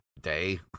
day